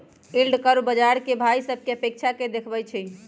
yield curve बाजार से भाइ सभकें अपेक्षा के देखबइ छइ